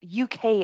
UK